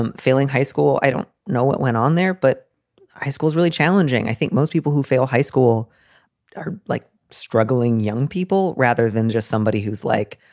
um failing high school. i don't know what went on there, but high school is really challenging. i think most people who fail high school are like struggling young people rather than just somebody who's like,